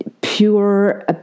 pure